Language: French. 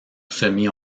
semi